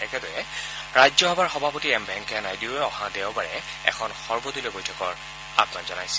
একেদৰে ৰাজ্যসভাৰ সভাপতি এম ভেংকায়া নাইডুৱেও অহা দেওবাৰে এখন সৰ্বদলীয় বৈঠকৰ আহান জনাইছে